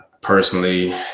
personally